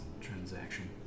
transaction